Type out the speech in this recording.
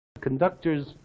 conductor's